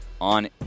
on